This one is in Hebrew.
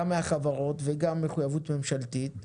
גם מהחברות וגם מחוייבות ממשלתית,